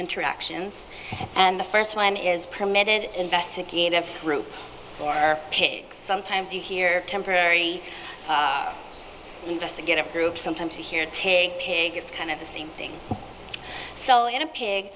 interactions and the first one is permitted investigative group or pig sometimes you hear temporary investigative group sometimes to hear to pig it's kind of the same thing so in a pig